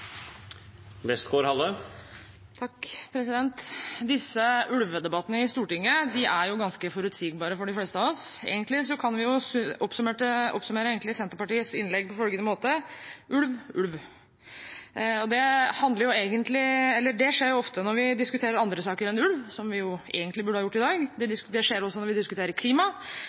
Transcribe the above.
ganske forutsigbare for de fleste av oss. Egentlig kan vi oppsummere Senterpartiets innlegg på følgende måte: Ulv, ulv! Og det skjer ofte når vi diskuterer andre saker enn ulv, som vi egentlig burde ha gjort i dag, det skjer også når vi diskuterer klima.